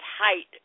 height